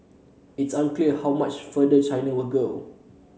it is unclear how much farther China will go